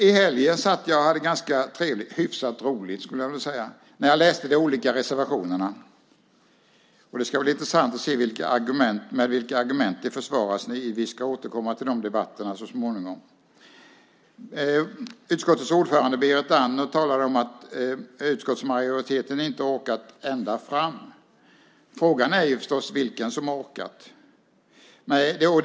I helgen satt jag och hade hyfsat roligt, skulle jag vilja säga, när jag läste de olika reservationerna. Det ska bli intressant att se med vilka argument de försvaras. Vi ska återkomma till dem under debatten så småningom. Utskottets ordförande Berit Andnor talar om att utskottsmajoriteten inte orkat ända fram. Frågan är förstås vem som har orkat.